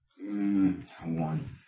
One